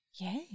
Yay